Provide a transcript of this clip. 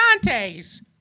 Dante's